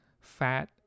fat